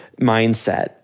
mindset